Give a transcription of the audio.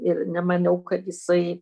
ir nemaniau kad jisai